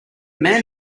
man